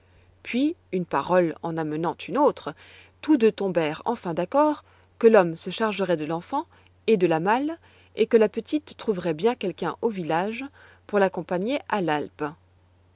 puis une parole en amenant une autre tous deux tombèrent enfin d'accord que l'homme se chargerait de l'enfant et de la malle et que la petite trouverait bien quelqu'un au village pour l'accompagner à l'alpe